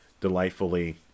delightfully